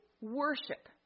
worship